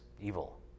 evil